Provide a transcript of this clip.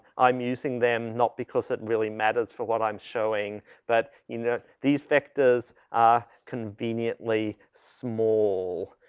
i'm using them not because it really matters for what i'm showing but you know, these vectors are conveniently small.